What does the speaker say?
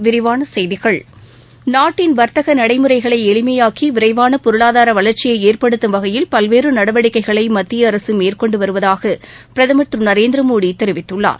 விரிவான செய்திகள் நாட்டின் வர்த்தக நடைமுறைகளை எளிமையாக்கி விரைவான பொருளாதார வளர்ச்சியை ஏற்படுத்தும் வகையில் பல்வேறு நடவடிக்கைகளை மத்திய அரசு மேற்கொண்டுவருவதாக பிரதமர் திரு நரேந்திர மோடி தெரிவித்துள்ளார்